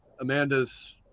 Amanda's